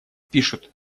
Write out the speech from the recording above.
пишут